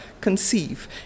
conceive